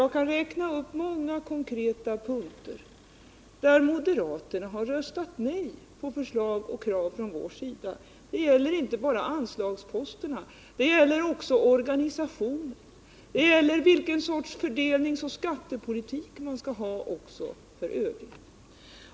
Jag kan räkna upp många konkreta punkter där moderaterna har röstat nej till förslag och krav från vår sida. Det gäller inte bara anslagsposterna. Det gäller också organisationen, det gäller vilken sorts fördelningsoch skattepolitik man skall föra.